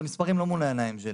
המספרים לא מול העיניים שלי.